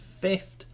fifth